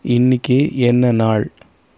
இன்னைக்கி என்ன நாள்